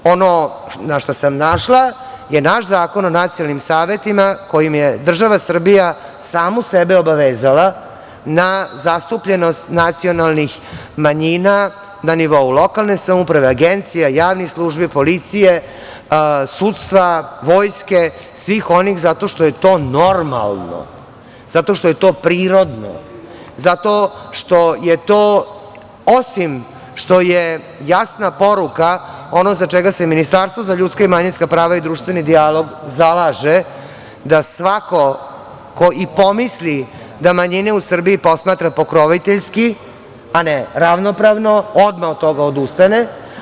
Ono na šta sam naišla je naš Zakon o nacionalnim savetima kojim je država Srbija samu sebe obavezala na zastupljenost nacionalnih manjina na nivou lokalne samouprave, agencija, javnih službi, policije, sudstva, vojske, svih onih zato što je to normalno, zato što je to prirodno, zato što je to, osim što je jasna poruka, ono za šta se Ministarstvo za ljudska i manjinska prava i društveni dijalog zalaže, da svako ko i pomisli da manjine u Srbiji posmatra pokroviteljski, a ne ravnopravno, odmah od toga odustane.